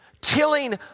killing